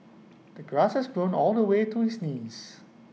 the grass has grown all the way to his knees